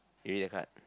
you read the card